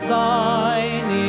Thine